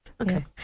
Okay